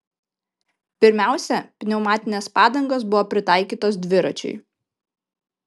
pirmiausia pneumatinės padangos buvo pritaikytos dviračiui